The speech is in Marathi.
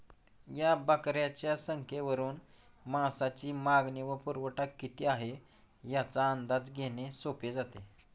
या बकऱ्यांच्या संख्येवरून मांसाची मागणी व पुरवठा किती आहे, याचा अंदाज घेणे सोपे जाते